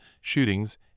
shootings